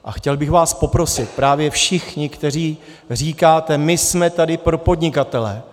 A chtěl bych vás poprosit, právě všechny, kteří říkáte: my jsme tady pro podnikatele.